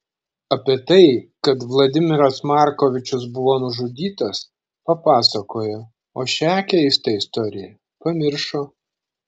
apie tai kad vladimiras markovičius buvo nužudytas papasakojo o šią keistą istoriją pamiršo